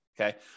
Okay